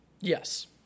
Yes